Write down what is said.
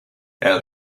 elle